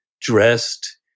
dressed